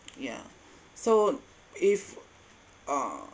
yeah so if uh